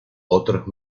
otros